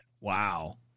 Wow